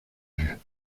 vue